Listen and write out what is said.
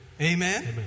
Amen